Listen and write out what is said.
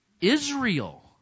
Israel